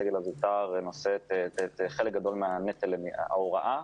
הסגל הזוטר נושא חלק גדול מנטל ההוראה.